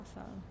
awesome